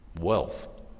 wealth